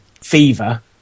fever